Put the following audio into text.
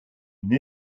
une